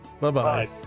Bye-bye